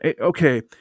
okay